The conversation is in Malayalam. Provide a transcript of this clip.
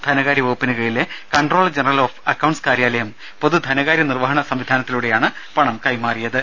ധനകാര്യ വകുപ്പിന് കീഴിലെ കൺട്രോളർ ജനറൽ ഓഫ് അക്കൌണ്ട്സ് കാര്യാലയം പൊതു ധനകാര്യ നിർവഹണ സംവിധാനത്തിലൂടെയാണ് പണം കൈമാറിയത്